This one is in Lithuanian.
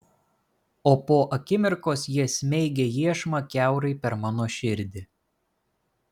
o po akimirkos jie smeigia iešmą kiaurai per mano širdį